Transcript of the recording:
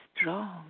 strong